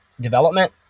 development